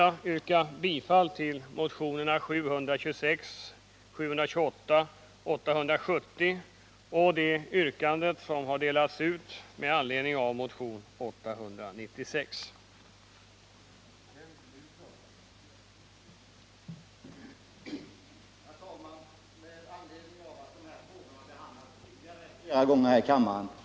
Jag yrkar bifall till motionerna 726, 728 och 870 samt till det yrkande med anledning av motion 896 som delats ut och som har följande lydelse: